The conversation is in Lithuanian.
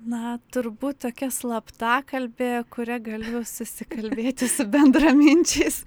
na turbūt tokia slaptakalbė kuria galiu susikalbėti su bendraminčiais